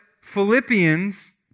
Philippians